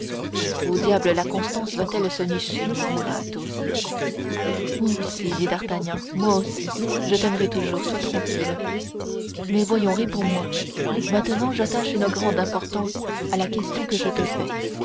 où diable la constance va-t-elle se nicher murmura athos moi aussi dit d'artagnan moi aussi je t'aimerai toujours sois tranquille mais voyons réponds-moi maintenant j'attache une grande importance à la question que je te fais